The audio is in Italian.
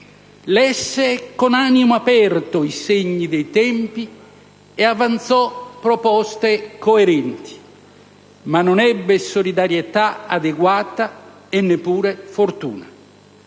lesse con animo aperto i segni dei tempi e avanzò proposte coerenti, ma non ebbe solidarietà adeguata e neppure fortuna.